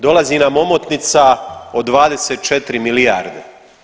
Dolazi nam omotnica od 24 milijarde.